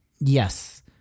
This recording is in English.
Yes